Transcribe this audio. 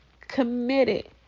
committed